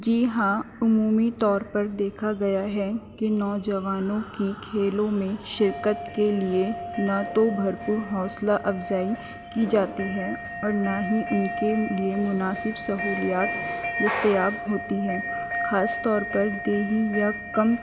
جی ہاں عمومی طور پر دیکھا گیا ہے کہ نوجوانوں کی کھیلوں میں شرکت کے لیے نہ تو بھرپور حوصلہ افزائی کی جاتی ہے اور نہ ہی ان کے لیے مناسب سہولیات دستیاب ہوتی ہے خاص طور پر دیہی یا کم